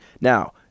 now